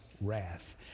wrath